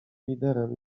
liderem